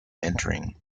entering